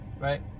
Right